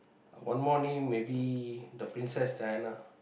one more name maybe the princess Diana